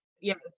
yes